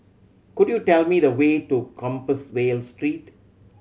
could you tell me the way to Compassvale Street